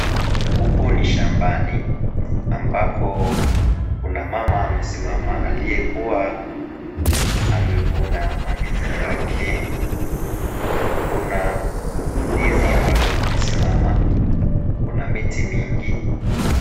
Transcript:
Huku ni shambani ambako kuna mama amesimama, aliyekuwa amevuna mandizi yake. Kuna ndizi ambazo zimesimama, kuna miti mingi.